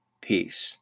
Peace